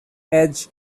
edge